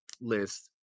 list